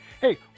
Hey